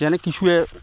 যেনে কিছুৱে